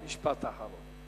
אדוני, משפט אחרון.